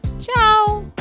ciao